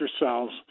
yourselves